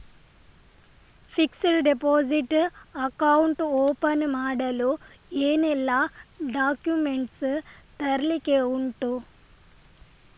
Fixed deposit account open ಮಾಡಲು ಏನೆಲ್ಲಾ documents ತರ್ಲಿಕ್ಕೆ ಉಂಟು?